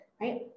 right